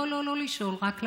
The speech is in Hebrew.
לא, לא, לא לשאול, רק להבהיר.